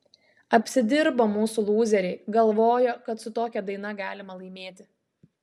apsidirbo mūsų lūzeriai galvojo kad su tokia daina galima laimėti